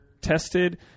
tested